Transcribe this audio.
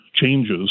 changes